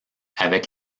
avec